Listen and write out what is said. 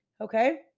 okay